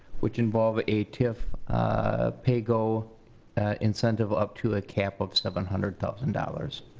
which involve a tf ah paygo incentive up to a cap of seven hundred thousand dollars.